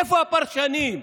איפה הפרשנים?